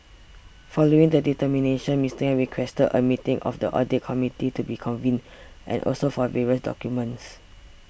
following the termination Mister Yang requested a meeting of the audit committee to be convened and also for various documents